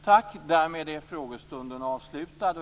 Tack! Därmed är frågestunden avslutad.